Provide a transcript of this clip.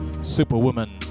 Superwoman